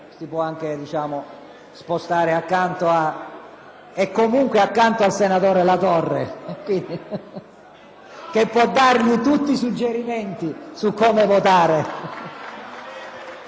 che può darle tutti i suggerimenti su come votare. E non si offende nessuno perché è un segnale di gentilezza.